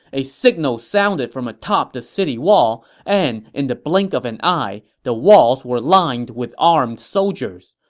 a signal sounded from atop the city wall, and in the blink of an eye, the walls were lined with armed soldiers.